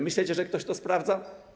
Myślicie, że ktoś to sprawdza?